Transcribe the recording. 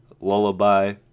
Lullaby